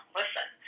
listen